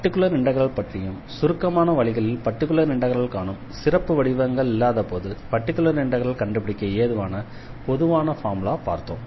particular integral பற்றியும் சுருக்கமான வழிகளில் பர்டிகுலர் இண்டெக்ரல் காணும் சிறப்பு வடிவங்கள் இல்லாத போது பர்டிகுலர் இண்டெக்ரலை கண்டுபிடிக்க ஏதுவான பொதுவான ஃபார்முலாவை பார்த்தோம்